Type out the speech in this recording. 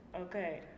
Okay